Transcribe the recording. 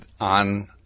on